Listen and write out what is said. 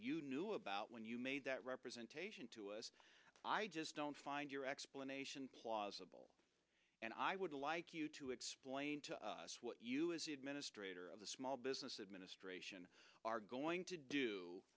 you knew about when you made that representation to us i just don't find your explanation plausible and i would like you to explain to us what you as the administrator of the small business administration they are going to do